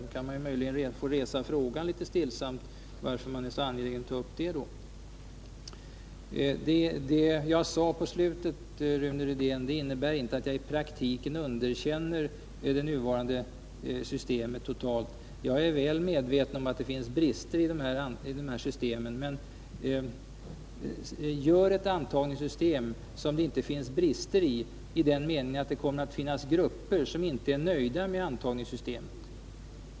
Då kan jag möjligen helt stillsamt få resa frågan varför man är så angelägen om att ta upp detta. Det jag sade i slutet av mitt anförande innebär inte att jag i praktiken underkänner det nuvarande systemet totalt. Jag är väl medveten om att det finns brister i de här systemen, men säg det antagningssystem som det inte finns brister i i den meningen att det kommer att finnas grupper som inte är nöjda med det.